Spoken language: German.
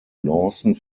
lawson